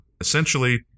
essentially